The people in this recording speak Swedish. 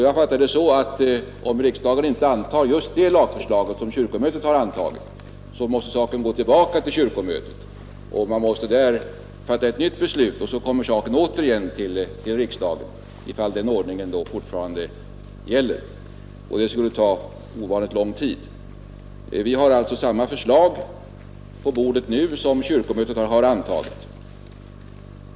Jag fattar det så att om riksdagen inte antar just det lagförslag som kyrkomötet har antagit måste saken gå tillbaka till kyrkomötet, och man måste där fatta ett nytt beslut, varefter ärendet återigen måste gå till riksdagen, ifall den ordningen då fortfarande gäller. Det skulle ta ovanligt lång tid. Vi har alltså samma förslag på bordet nu som kyrkomötet har antagit.